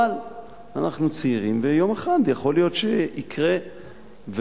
אבל אנחנו צעירים ויום אחד יכול להיות שיקרה והעם